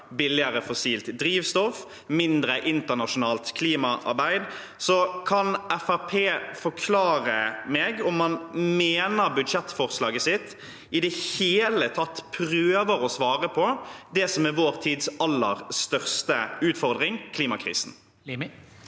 billigere fossilt drivstoff, mindre internasjonalt klimaarbeid. Kan Fremskrittspartiet forklare meg om man mener budsjettforslaget deres i det hele tatt prøvde å svare på det som er vår tids aller største utfordring, klimakrisen?